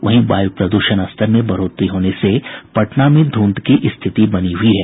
वहीं वायु प्रद्षण स्तर में बढ़ोतरी होने से पटना में धुंध की स्थिति बनी हुई है